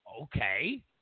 Okay